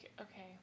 okay